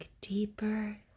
deeper